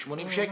אחרות.